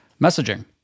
messaging